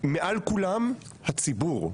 מעל כולם הציבור.